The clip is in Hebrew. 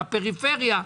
הפריפריה,